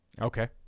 okay